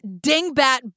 dingbat